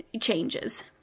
changes